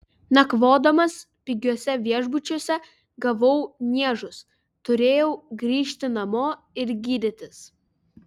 nakvodamas pigiuose viešbučiuose gavau niežus turėjau grįžti namo ir gydytis